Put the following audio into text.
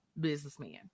businessman